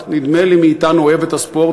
ונדמה לי שכל אחד מאתנו אוהב את הספורט,